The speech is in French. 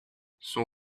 son